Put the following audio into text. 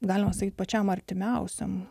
galima sakyti pačiam artimiausiam